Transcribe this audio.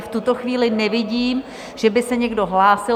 V tuto chvíli nevidím, že by se někdo hlásil.